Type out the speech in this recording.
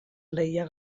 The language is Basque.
lehia